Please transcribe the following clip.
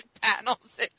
panels